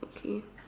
okay